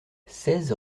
seize